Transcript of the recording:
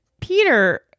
Peter